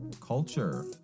culture